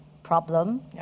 problem